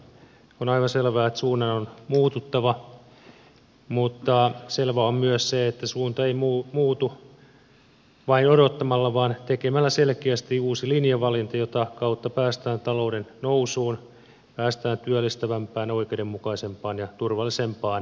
on aivan selvää että suunnan on muututtava mutta selvää on myös se että suunta ei muutu vain odottamalla vaan tekemällä selkeästi uusi linjavalinta jota kautta päästään talouden nousuun päästään työllistävämpään oikeudenmukaisempaan ja turvallisempaan suomeen